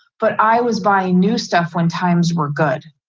but i was buying new stuff when times were good.